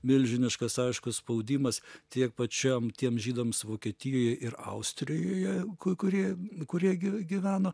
milžiniškas aiškus spaudimas tiek pačiam tiem žydams vokietijoje ir austrijoje kurie kurie gyveno